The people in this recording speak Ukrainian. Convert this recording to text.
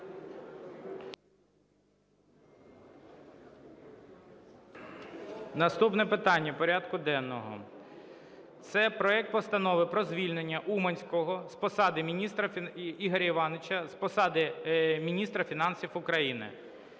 Наступне питання порядку денного. Це проект Постанови про звільнення Уманського Ігоря Івановича з посади Міністра фінансів України